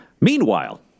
Meanwhile